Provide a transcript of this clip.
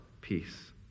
peace